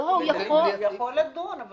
לא, הוא יכול לדון אבל